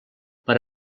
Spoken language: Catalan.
per